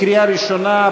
לקריאה ראשונה,